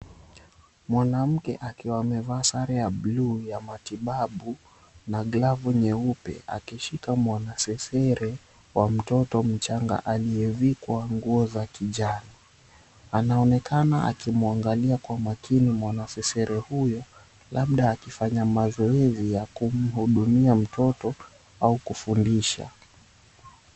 Mwanamke akiwa amevaa sare ya blue ya matibabu na glavu nyeupe akishika mwanasesere wa mtoto mchanga aliyevikwa nguo za kijani. Anaonekana akimwangalia kwa makini mwanasesere huyu labda akifanya mazoezi ya kumhudumia mtoto au kufundisha.